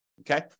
okay